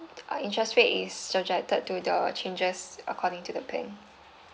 interest rate is subjected to the changes according to the plan